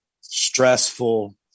stressful